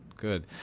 Good